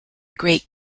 great